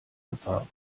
gefahren